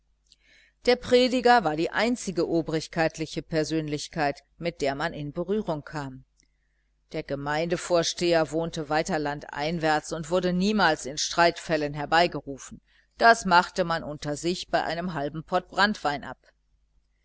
der prediger war die einzige obrigkeitliche persönlichkeit mit der man in berührung kam der gemeindevorsteher wohnte weiter landeinwärts und wurde niemals in streitfällen herbeigerufen das machte man unter sich bei einem halben pott branntwein ab